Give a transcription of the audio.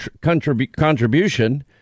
contribution